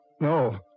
no